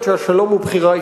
בוודאי.